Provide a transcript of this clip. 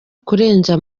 kurenza